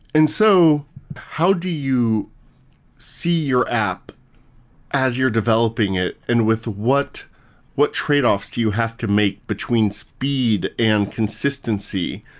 and so how do you see your app as you're developing it and with what what tradeoffs do you have to make between speed and consistency?